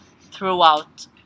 throughout